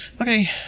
Okay